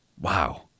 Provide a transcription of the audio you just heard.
Wow